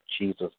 Jesus